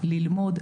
ללמוד,